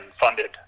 funded